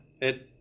It